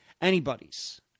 anybody's